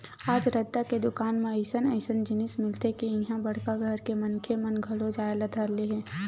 आज रद्दा के दुकान म अइसन अइसन जिनिस मिलथे के इहां बड़का घर के मनखे मन घलो जाए ल धर ले हे